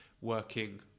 working